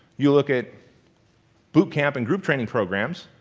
you look at boot camp and group training programs,